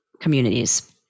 communities